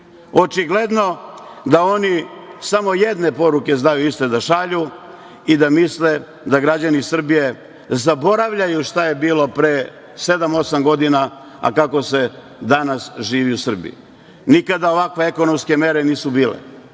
Očigledno da oni samo jedne poruke znaju iste da šalju i da misle da građani Srbije zaboravljaju šta je bilo pre sedam, osam godina, a kako se danas živi u Srbiji. Nikada ovako ekonomske mere nisu bile,